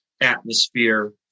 atmosphere